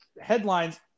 headlines